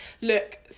look